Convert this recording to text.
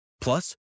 Plus